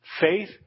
Faith